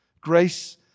Grace